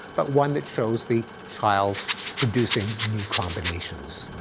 but one that shows the child producing new combinations.